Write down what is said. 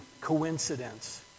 coincidence